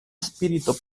spirito